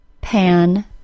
Pan